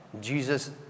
Jesus